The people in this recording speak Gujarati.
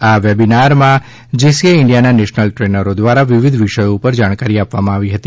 આ સેમીનારમાં જેસીઆઈ ઈન્ડિયાના નેશનલ દ્રેનરો દ્વારા વિવિધ વિષયો ઉપર જાણકારી આપવામાં આવી હતી